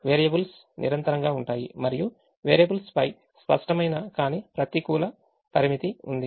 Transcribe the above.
variables నిరంతరంగా ఉంటాయి మరియు వేరియబుల్స్పై స్పష్టమైన కాని ప్రతికూల పరిమితి ఉంది